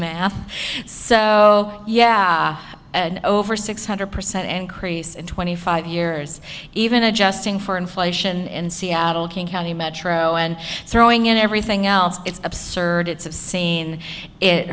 math so yeah over six hundred percent increase in twenty five years even adjusting for inflation in seattle king county metro and throwing in everything else it's absurd it's of seen it